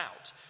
out